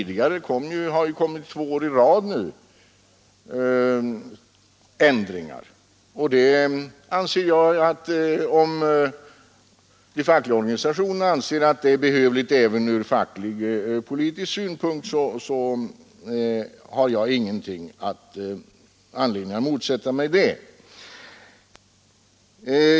Det har kommit sådana ändringar två år i rad nu. Men om de fackliga organisationerna anser det behövligt med en omläggning även ur fackligt-politisk synpunkt har jag ingen anledning att motsätta mig det.